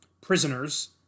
Prisoners